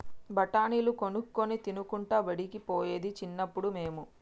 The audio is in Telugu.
బఠాణీలు కొనుక్కొని తినుకుంటా బడికి పోయేది చిన్నప్పుడు మేము